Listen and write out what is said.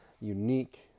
unique